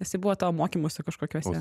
jisai buvo tavo mokymuose kažkokiuose